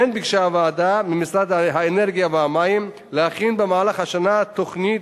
כמו כן ביקשה הוועדה ממשרד האנרגיה והמים להכין במהלך השנה תוכנית